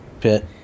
pit